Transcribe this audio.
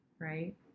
right